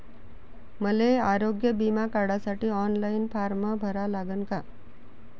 मले आरोग्य बिमा काढासाठी ऑनलाईन फारम भरा लागन का?